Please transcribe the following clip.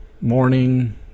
morning